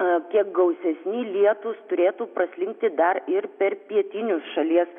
apie gausesni lietūs turėtų praslinkti dar ir per pietinius šalies